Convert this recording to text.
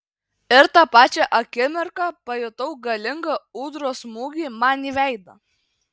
ir tą pačią akimirką pajutau galingą ūdros smūgį man į veidą